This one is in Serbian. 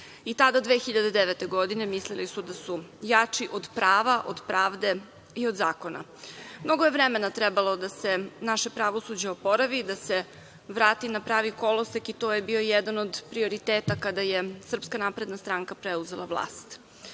I tada, 2009. godine, mislili su da su jači od prava, od pravde i od zakona. Mnogo je vremena trebalo da se naše pravosuđe oporavi, da se vrati na pravi kolosek i to je bio jedan od prioriteta, kada je SNS preuzela vlast.